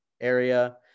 area